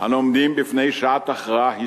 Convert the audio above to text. אנו עומדים בפני שעת הכרעה היסטורית,